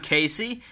Casey